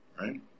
right